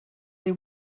they